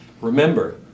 remember